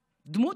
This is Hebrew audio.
דמות,